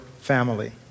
family